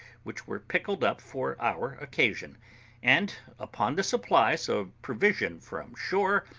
which were pickled up for our occasion and upon the supplies of provision from shore,